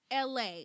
LA